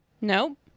Nope